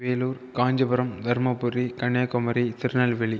Vellore Kanchipuram Dharmapuri Kanyakumari Tirunelveli